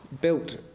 built